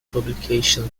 publication